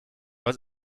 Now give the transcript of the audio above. was